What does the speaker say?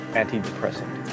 antidepressant